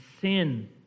sin